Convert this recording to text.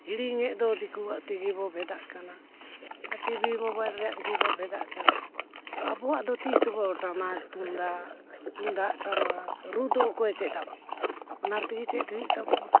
ᱦᱤᱲᱤᱧᱮᱫ ᱫᱚ ᱫᱤᱠᱩᱣᱟᱜ ᱛᱮᱜᱮ ᱵᱚᱱ ᱵᱷᱮᱫᱟᱜ ᱠᱟᱱᱟ ᱟᱨ ᱴᱤᱵᱷᱤ ᱢᱳᱵᱟᱭᱤᱞ ᱨᱮᱱᱟᱜ ᱨᱮᱜᱮ ᱵᱚᱱ ᱵᱷᱮᱫᱟᱜ ᱠᱟᱱᱟ ᱛᱚ ᱟᱵᱚᱣᱟᱜ ᱫᱚ ᱛᱤᱥ ᱵᱚᱱ ᱴᱟᱢᱟᱠ ᱛᱩᱢᱫᱟᱜ ᱛᱩᱢᱫᱟᱜ ᱴᱟᱢᱟᱠ ᱨᱩᱫᱚ ᱚᱠᱚᱭᱮ ᱪᱮᱫ ᱟᱵᱚᱱᱟᱭ ᱟᱯᱱᱟᱨ ᱛᱮᱜᱮ ᱪᱮᱫ ᱦᱩᱭᱩᱜ ᱛᱟᱵᱚᱱᱟ